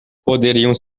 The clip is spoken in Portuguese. poderiam